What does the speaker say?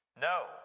No